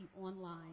online